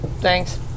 Thanks